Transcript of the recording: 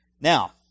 Now